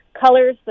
colors